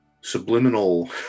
subliminal